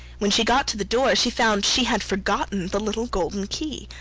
when she got to the door, she found she had forgotten the little golden key,